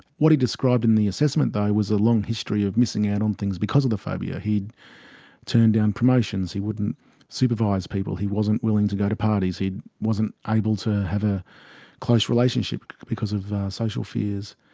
what he described in the assessment though was a long history of missing out on things because of the phobia he'd turn down promotions, he wouldn't supervise people, he wasn't willing to go to parties, he wasn't able to have a close relationship because of social fears.